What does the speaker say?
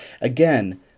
Again